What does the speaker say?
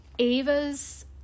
Ava's